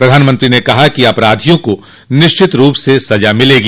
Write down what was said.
प्रधानमंत्री ने कहा कि अपराधियों को निश्चित रूप से सजा मिलेगी